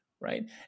right